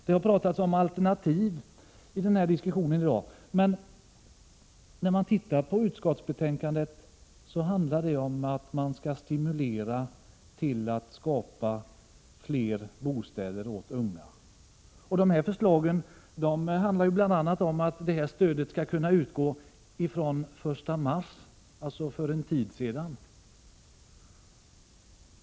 Det har i dagens diskussion talats om alternativ, men utskottsbetänkandet handlar om åtgärder för stimulans till skapande av fler bostäder åt unga. Förslagen går bl.a. ut på att stödet skall kunna genomföras med verkan från den 1 mars, dvs. vid en tidpunkt för någon månad sedan.